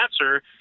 answer